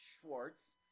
Schwartz